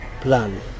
plan